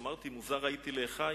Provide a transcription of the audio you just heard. אמרתי: מוזר הייתי לאחי